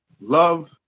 love